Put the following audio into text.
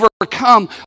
overcome